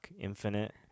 Infinite